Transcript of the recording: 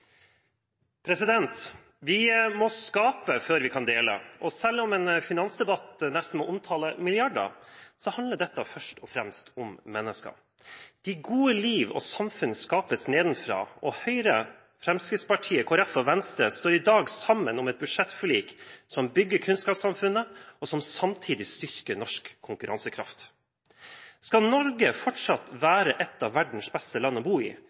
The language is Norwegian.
Vi må skape før vi kan dele, og selv om en finansdebatt nesten må omtale milliarder, så handler dette først og fremst om mennesker. Det gode liv og samfunn skapes nedenfra, og Høyre, Fremskrittspartiet, Kristelig Folkeparti og Venstre står i dag sammen om et budsjettforlik som bygger kunnskapssamfunnet, og som samtidig styrker norsk konkurransekraft. Skal Norge fortsatt være et av verdens beste land å bo i,